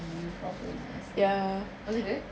a new problem I see was it good